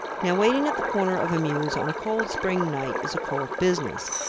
now, waiting at the corner of a mews on a cold spring night is a cold business,